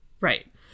right